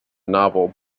novel